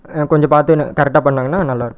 கொஞ்சம் பார்த்து கரெக்டாக பண்ணாங்கன்னா நல்லா இருக்கும்